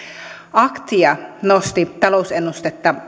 aktia nosti talousennustettaan